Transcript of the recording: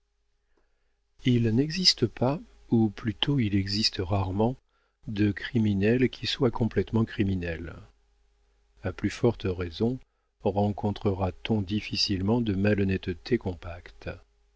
il n'existe pas ou plutôt il existe rarement de criminel qui soit complétement criminel a plus forte raison rencontrera t on difficilement de malhonnêteté compacte